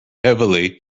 heavily